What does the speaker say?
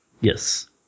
Yes